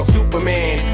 Superman